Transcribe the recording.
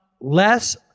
less